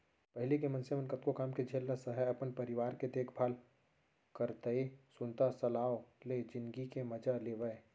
पहिली के मनसे मन कतको काम के झेल ल सहयँ, अपन परिवार के देखभाल करतए सुनता सलाव ले जिनगी के मजा लेवयँ